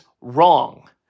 wrong